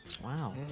Wow